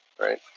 right